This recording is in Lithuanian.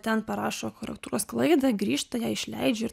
ten parašo korektūros klaidą grįžta ją išleidžia ir